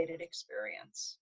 experience